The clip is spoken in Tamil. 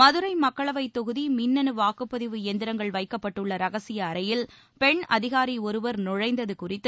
மதுரை மக்களவை தொகுதி மின்னனு வாக்குப்பதிவு எந்திரங்கள் வைக்கப்பட்டுள்ள ரகசிய அறையில் பெண் அதிகாரி ஒருவர் நுழைந்தது குறித்து